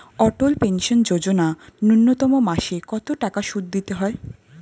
অটল pension Yojana ন্যূনতম মাসে কত টাকা সুধ দিতে হয়?